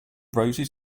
roses